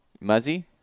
muzzy